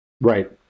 Right